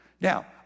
Now